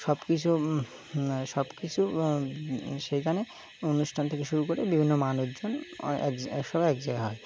সব কিছু সব কিছু সেইখানে অনুষ্ঠান থেকে শুরু করে বিভিন্ন মানুষজন এক সব এক জায়গা হয়